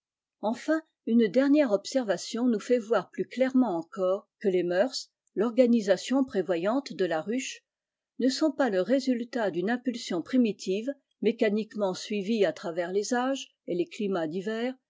enfin une dernière observation nous fait voir plus clairement fjncore que les mœurs l'organisation prévoyante de la ruche ne sont pas le résultat d'une impulsion primitive mécaniquement suivie à travers les âges et les climats divers